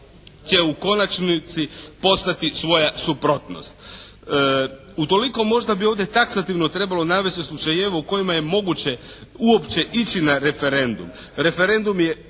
Utoliko možda bi ovdje taksativno trebalo navesti slučajeve u kojima je moguće uopće ići na referendum.